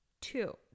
two